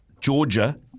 Georgia